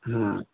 हाँ